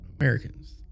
Americans